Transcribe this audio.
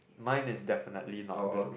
mine is definitely not blue